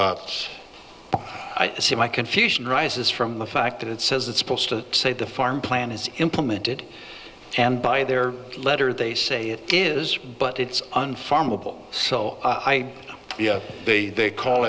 but i see my confusion arises from the fact that it says it's supposed to say the farm plan is implemented and by their letter they say it is but it's unfathomable so i the bay they call